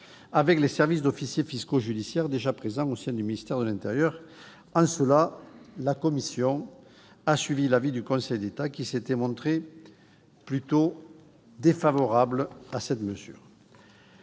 avec les services d'officiers fiscaux judiciaires déjà présents au sein du ministère de l'intérieur. En cela, la commission a suivi l'avis du Conseil d'État qui s'était montré plutôt défavorable à cette mesure.